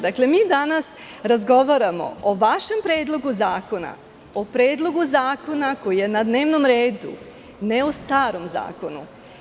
Dakle, mi danas razgovaramo o vašem predlogu zakona, o predlogu zakona koji je na dnevnom redu, ne o starom zakonu.